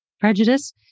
prejudice